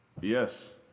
Yes